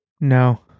No